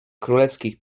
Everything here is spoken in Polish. królewskich